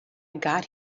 got